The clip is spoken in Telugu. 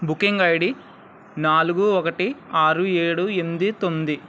బుకింగ్ ఐడి నాలుగు ఒకటి ఆరు ఏడు ఎనిమిది తొమ్మది